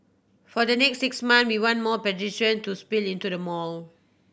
for the next six months we want more pedestrian to spill into the mall